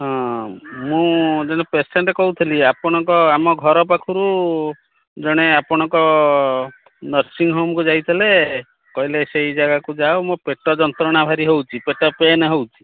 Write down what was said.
ହଁ ମୁଁ ଜଣେ ପେସେଣ୍ଟ୍ କହୁଥୁଲି ଆପଣଙ୍କ ଆମ ଘର ପାଖରୁ ଜଣେ ଆପଣଙ୍କ ନର୍ସିଙ୍ଗହୋମ୍କୁ ଯାଇଥିଲେ କହିଲେ ସେଇ ଜାଗାକୁ ଯାଅ ମୋ ପେଟ ଯନ୍ତ୍ରଣା ଭାରି ହେଉଛି ପେଟ ପେନ୍ ହେଉଛି